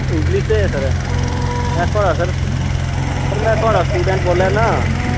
English दे sir थुआड़ा sir sir में थुआड़ा स्टूडेंट बोल्लै ना